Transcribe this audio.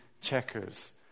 checkers